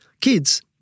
kids